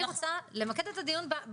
אני רוצה למקד את הדיון.